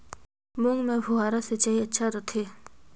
मूंग मे फव्वारा सिंचाई अच्छा रथे?